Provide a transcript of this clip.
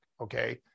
okay